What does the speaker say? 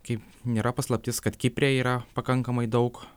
kaip nėra paslaptis kad kipre yra pakankamai daug